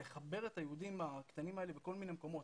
לחבר את היהודים הקטנים האלה בכל מיני מקומות